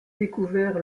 découvert